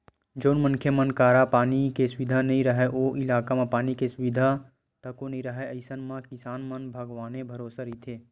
जउन मनखे मन करा पानी के सुबिधा नइ राहय ओ इलाका म पानी के सुबिधा तको नइ राहय अइसन म किसान मन भगवाने भरोसा रहिथे